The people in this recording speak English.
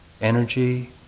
energy